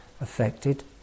affected